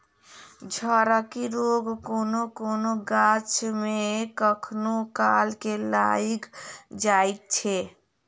झड़की रोग कोनो कोनो गाछ मे कखनो काल के लाइग जाइत छै